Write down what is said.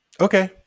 Okay